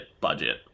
budget